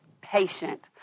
patient